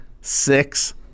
six